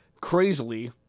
crazily